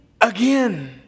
again